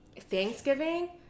Thanksgiving